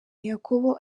yakobo